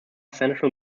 central